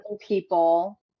people